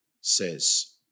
says